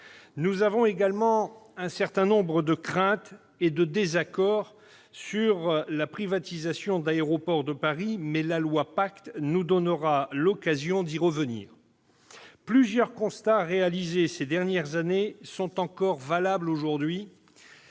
Nous avons également un certain nombre de craintes et de désaccords sur la privatisation d'Aéroports de Paris, mais le projet de la loi PACTE nous donnera l'occasion d'y revenir. Plusieurs constats réalisés ces dernières années sont encore valables aujourd'hui.